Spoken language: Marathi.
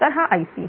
तर हा Ic